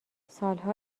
سالها